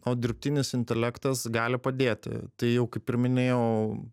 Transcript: o dirbtinis intelektas gali padėti tai jau kaip ir minėjau